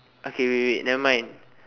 okay wait wait wait nevermind